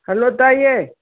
hello ꯇꯥꯏꯌꯦ